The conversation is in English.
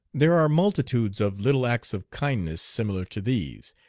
there are multitudes of little acts of kindness similar to these,